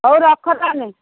ହଉ ରଖ ତାହଲେ